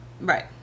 Right